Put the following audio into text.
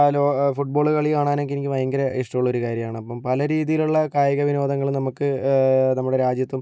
ലോക ഫുട്ബോൾ കളി കാണാനൊക്കെ എനിക്ക് ഭയങ്കര ഇഷ്ടമുള്ളൊരു കാര്യമാണ് അപ്പോൾ പല രീതീയിലുള്ള കായിക വിനോദങ്ങൾ നമുക്ക് നമ്മുടെ രാജ്യത്തും